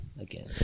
again